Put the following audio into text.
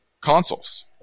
consoles